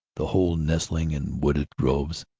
the whole nestling in wooded groves.